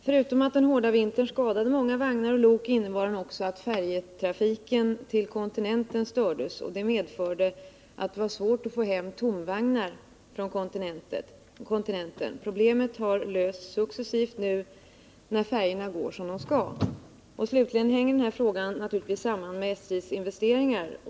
Förutom att den hårda vintern medförde att många vagnar och lok skadades innebar den också att färjetrafiken till kontinenten stördes, och det gjorde att det var svårt att få hem tomvagnar från kontinenten. Problemet har successivt lösts nu när färjorna går som de skall. Den här frågan hänger naturligtvis slutligen samman med SJ:s investeringar.